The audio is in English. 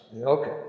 Okay